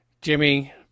Jimmy